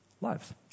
lives